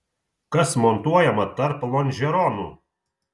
kas montuojama tarp lonžeronų